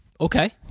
Okay